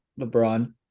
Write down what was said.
LeBron